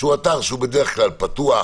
אתר שהוא בדרך כלל פתוח,